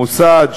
מוסד,